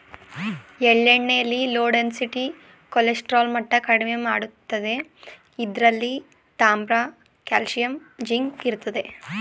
ಎಳ್ಳೆಣ್ಣೆಲಿ low density cholesterol ಮಟ್ಟ ಕಡಿಮೆ ಮಾಡ್ತದೆ ಇದ್ರಲ್ಲಿ ತಾಮ್ರ ಕಾಲ್ಸಿಯಂ ಜಿಂಕ್ ಇರ್ತದೆ